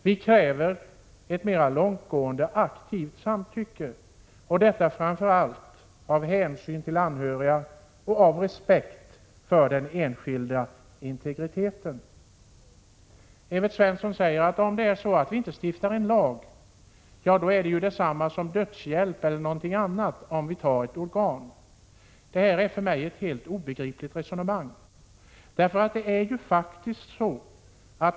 Vi kräver ett mera långtgående aktivt samtycke, framför allt av hänsyn till anhöriga och av respekt för den enskildes integritet. Evert Svensson säger att om vi inte stiftar en lag, så är det detsamma som dödshjälp eller något liknande om vi tar ett organ. Detta är för mig ett helt obegripligt resonemang.